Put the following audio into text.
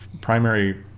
primary